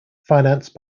financed